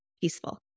peaceful